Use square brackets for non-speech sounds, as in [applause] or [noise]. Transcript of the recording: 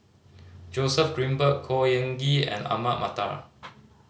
Joseph Grimberg Khor Ean Ghee and Ahmad Mattar [noise]